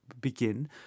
begin